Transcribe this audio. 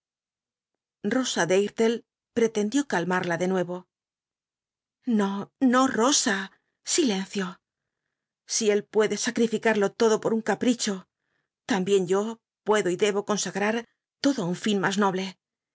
dartle pretendió calmarla de nuevo no no nasa silencio si él puede sactillcarlo todo por un capl'icho tambien yo puedo y debo consagra lodo i un lln mas noble